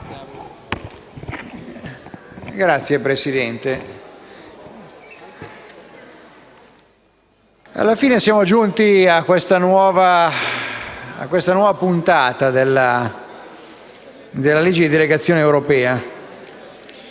Signora Presidente, alla fine siamo giunti a questa nuova puntata della legge di delegazione europea.